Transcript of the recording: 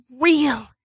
real